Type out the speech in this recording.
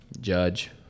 Judge